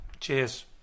Cheers